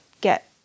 get